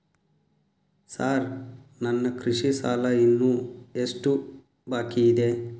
Sir ನನ್ನ ಕೃಷಿ ಸಾಲ ಇನ್ನು ಎಷ್ಟು ಬಾಕಿಯಿದೆ?